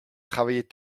travailler